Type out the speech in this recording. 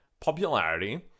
popularity